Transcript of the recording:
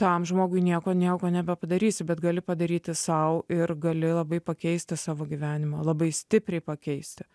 tam žmogui nieko nieko nebepadarysi bet gali padaryti sau ir gali labai pakeisti savo gyvenimą labai stipriai pakeisti